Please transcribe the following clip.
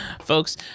Folks